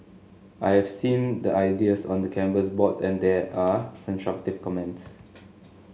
I've seen the ideas on the canvas boards and there are constructive comments